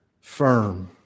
firm